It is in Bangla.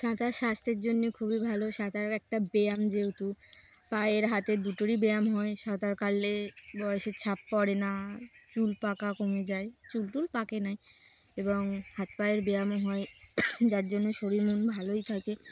সাঁতার স্বাস্থ্যের জন্যে খুবই ভালো সাঁতার একটা ব্যায়াম যেহেতু পায়ের হাতের দুটোরই ব্যায়াম হয় সাঁতার কাটলে বয়সে ছাপ পড়ে না চুল পাকা কমে যায় চুল টুল পাকে না এবং হাত পায়ের ব্যায়ামও হয় যার জন্য শরীর মন ভালোই থাকে